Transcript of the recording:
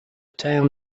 town